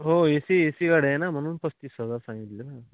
हो A C A C गाडी आहे ना म्हणून पस्तीस हजार सांगितले ना